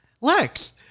Lex